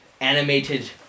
Animated